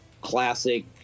classic